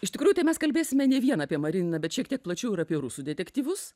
iš tikrųjų tai mes kalbėsime ne vien apie mariną bet šiek tiek plačiau ir apie rusų detektyvus